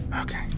Okay